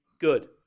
good